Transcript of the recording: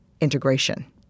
integration